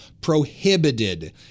prohibited